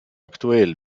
aktuell